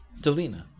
Delina